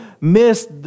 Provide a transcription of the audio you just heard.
miss